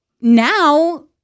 now